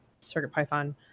CircuitPython